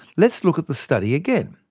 let's look at the study again.